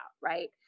Right